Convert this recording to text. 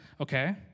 okay